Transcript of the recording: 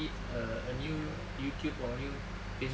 a a new youtube or a new facebook